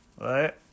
Right